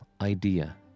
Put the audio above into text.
idea